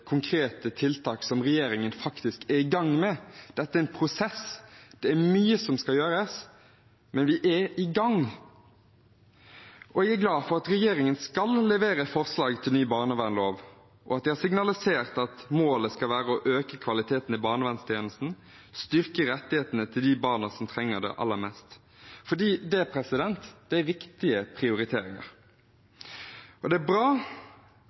konkrete tiltak som regjeringen faktisk er i gang med. Dette er en prosess. Det er mye som skal gjøres, men vi er i gang, og jeg er glad for at regjeringen skal levere forslag til ny barnevernslov, og at de har signalisert at målet skal være å øke kvaliteten i barnevernstjenesten og styrke rettighetene til de barna som trenger det aller mest. Det er viktige prioriteringer. Det er bra